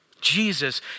Jesus